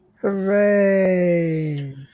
Hooray